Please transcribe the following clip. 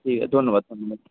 ঠিক আছে ধন্যবাদ আপনাকে